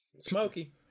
smoky